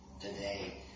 today